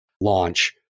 launch